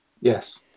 Yes